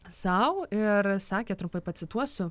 sau ir sakė trumpai pacituosiu